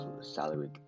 salary